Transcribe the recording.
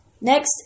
Next